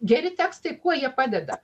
geri tekstai kuo jie padeda